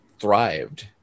thrived